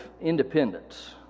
independence